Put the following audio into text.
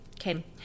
Okay